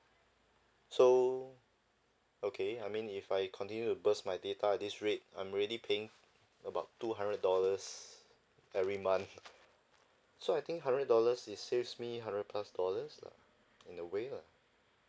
so okay I mean if I continue to burst my data at this rate I'm already paying about two hundred dollars every month so I think hundred dollars is saves me hundred plus dollars lah in a way lah